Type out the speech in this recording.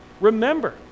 remember